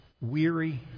weary